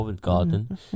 Garden